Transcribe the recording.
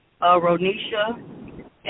Ronisha